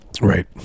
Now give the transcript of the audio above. right